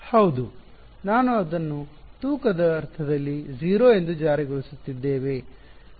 ಹೌದು ನಾವು ಅದನ್ನು ತೂಕದ ಅರ್ಥದಲ್ಲಿ 0 ಎಂದು ಜಾರಿಗೊಳಿಸುತ್ತಿದ್ದೇವೆ